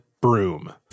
broom